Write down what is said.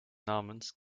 namens